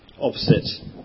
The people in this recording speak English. opposite